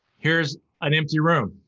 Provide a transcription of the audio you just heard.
here's an empty room,